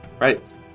Right